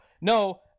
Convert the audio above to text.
No